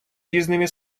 різними